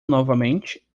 novamente